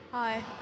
Hi